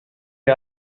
wir